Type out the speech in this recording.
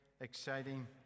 exciting